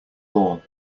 all